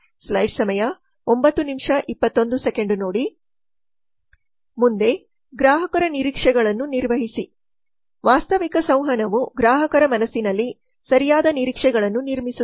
ಮುಂದೆ ಗ್ರಾಹಕರ ನಿರೀಕ್ಷೆಗಳನ್ನು ನಿರ್ವಹಿಸಿ ವಾಸ್ತವಿಕ ಸಂವಹನವು ಗ್ರಾಹಕರ ಮನಸ್ಸಿನಲ್ಲಿ ಸರಿಯಾದ ನಿರೀಕ್ಷೆಗಳನ್ನು ನಿರ್ಮಿಸುತ್ತದೆ